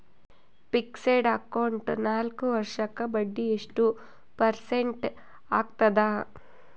Fixed account ನಾಲ್ಕು ವರ್ಷಕ್ಕ ಬಡ್ಡಿ ಎಷ್ಟು ಪರ್ಸೆಂಟ್ ಆಗ್ತದ?